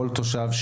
כל תושב,